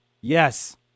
Yes